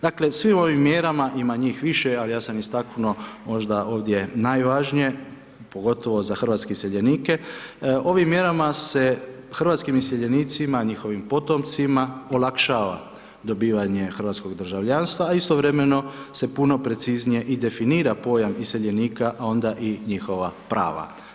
Dakle, u svim ovim mjerama ima njih više, ali ja sam istaknuo možda ovdje najvažnije, pogotovo za hrvatske iseljenike ovim mjerama se hrvatskim iseljenicima, njihovim potomcima olakšava dobivanje hrvatskog državljanstva, a istovremeno se puno preciznije i definira pojam iseljenika, a onda i njihova prava.